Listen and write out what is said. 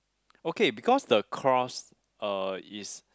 okay because the cross uh is